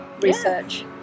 research